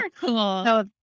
Cool